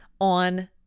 on